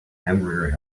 hamburger